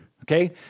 Okay